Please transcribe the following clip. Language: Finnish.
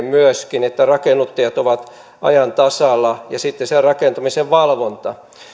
myöskin rakennuttaminen että rakennuttajat ovat ajan tasalla ja sitten se rakentamisen valvonta